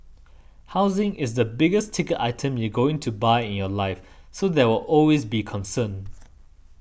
housing is the biggest ticket item you're going to buy in your life so there will always be a concern